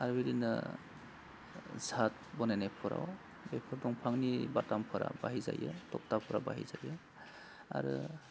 आरो बिदिनो साट बनायनायफोराव बेफोर दंफांनि बाथामफोरा बाहाय जायो थकथाफोरा बाहाय जायो आरो